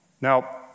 Now